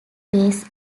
base